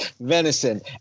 venison